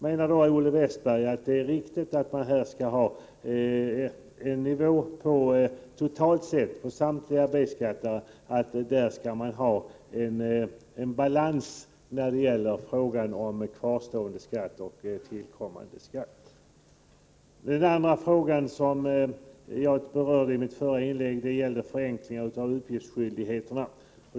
Menar Olle Westberg att det är riktigt att man totalt sett skall ha samma nivå för samtliga B-skattare och att det skall finnas en balans när det gäller kvarvarande skatt och tillkommande skatt? Den andra frågan som jag berörde i mitt förra inlägg gällde förenklingen av uppgiftsskyldigheterna.